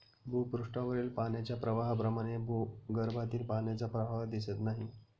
भूपृष्ठावरील पाण्याच्या प्रवाहाप्रमाणे भूगर्भातील पाण्याचा प्रवाह दिसत नाही